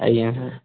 ଆଜ୍ଞା ସାର୍